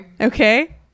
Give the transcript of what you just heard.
okay